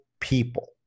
people